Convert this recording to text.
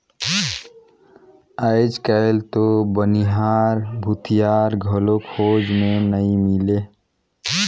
आयज कायल तो बनिहार, भूथियार घलो खोज मे नइ मिलें